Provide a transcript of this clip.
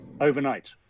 overnight